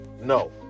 no